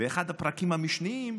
באחד הפרקים המשניים,